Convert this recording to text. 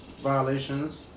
violations